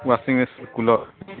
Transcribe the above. washing machine cooler